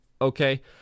okay